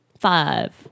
Five